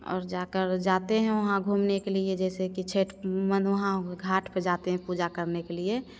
और जाकर जाते हैं वहाँ घूमने के लिए जैसे कि छठ मन वहाँ घाट पर जाते हैं पूजा करने के लिए